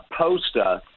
poster